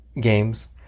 games